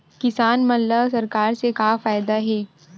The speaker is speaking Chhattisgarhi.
किसान मन ला सरकार से का फ़ायदा हे?